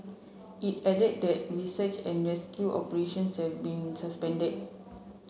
it added that search and rescue operations have been suspended